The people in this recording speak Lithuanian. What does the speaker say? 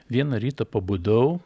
vieną rytą pabudau